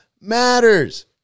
matters